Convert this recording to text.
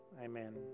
Amen